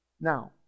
Now